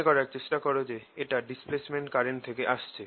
মনে করার চেষ্টা কর যে এটা ডিসপ্লেসমেন্ট কারেন্ট থেকে আসছে